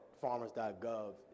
farmers.gov